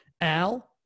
Al